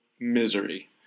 misery